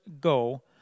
go